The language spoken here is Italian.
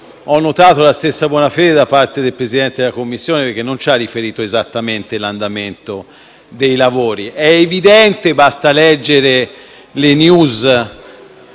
ho notato la stessa buona fede da parte del Presidente della 8a Commissione, perché non ci ha riferito esattamente sull'andamento dei lavori. È evidente, infatti - basta leggere le *news*